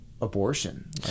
Abortion